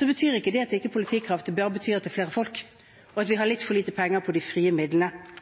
betyr ikke det at det ikke er politikraft. Det betyr bare at det er flere folk, og at vi har litt for lite penger til de frie midlene.